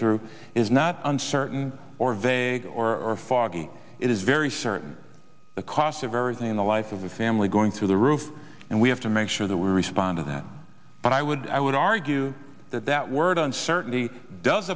through is not uncertain or vague or foggy it is very certain the cost of everything in the life of a family going through the roof and we have to make sure that we respond to that but i would i would argue that that word uncertainty does